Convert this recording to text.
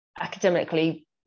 academically